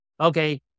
Okay